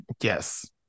Yes